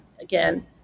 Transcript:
again